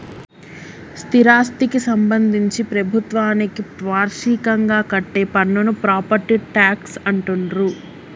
స్థిరాస్థికి సంబంధించి ప్రభుత్వానికి వార్షికంగా కట్టే పన్నును ప్రాపర్టీ ట్యాక్స్ అంటుండ్రు